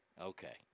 Okay